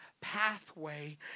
pathway